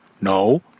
No